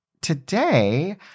today